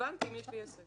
הבנתי עם מי יש לי עסק.